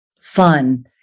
fun